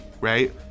right